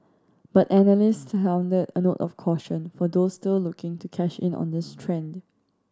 but analysts a note of caution for those still looking to cash in on this trend